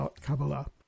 Kabbalah